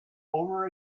over